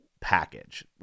package